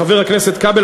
חבר הכנסת כבל,